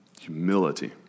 Humility